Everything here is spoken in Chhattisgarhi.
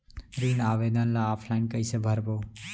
ऋण आवेदन ल ऑफलाइन कइसे भरबो?